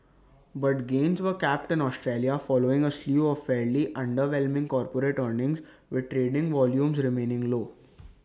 but gains were capped in Australia following A slew of fairly underwhelming corporate earnings with trading volumes remaining low